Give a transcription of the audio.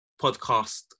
podcast